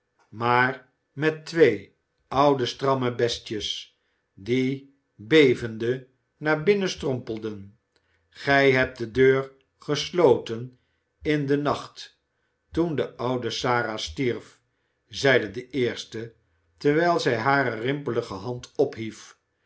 maar met twee oude stramme bestjes die bevende naar binnen strompelden gij hebt de deur gesloten in den nacht toen de oude sara stierf zeide de eerste terwijl zij hare rimpelige hand ophief